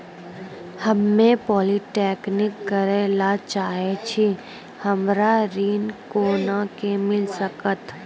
हम्मे पॉलीटेक्निक करे ला चाहे छी हमरा ऋण कोना के मिल सकत?